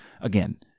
again